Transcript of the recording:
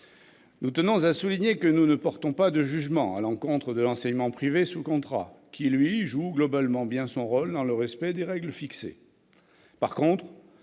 Nous tenons à souligner que nous ne portons pas de jugement à l'encontre de l'enseignement privé sous contrat, qui, lui, joue globalement bien son rôle dans le respect des règles fixées. En revanche,